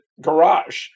garage